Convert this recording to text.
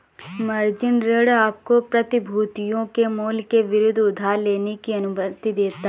margin ऋण आपको प्रतिभूतियों के मूल्य के विरुद्ध उधार लेने की अनुमति देता है